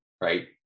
right